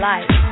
Life